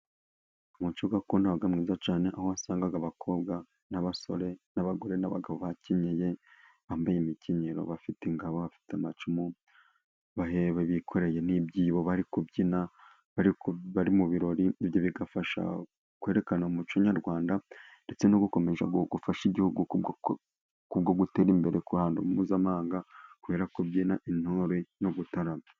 umuco wasangaga ari mwiza cyane aho wasangaga abakobwa n'abasore n'abagore n'abagabo bakenyeye bambaye imikenyero bafite ingabo bafite amacumu bahebe bikoreye n'ibyibo bari kubyina bari mu birori ibyo bigafasha kwerekana umuco nyarwanda ndetse no gukomeza gufasha igihugu kubwo gutera imbere ku ruhando mpuzamahanga kubera kubyina kw'intore no gutarama